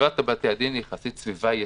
סביבת בתי-הדין היא יחסית סביבה ישנה.